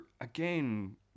again